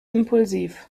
impulsiv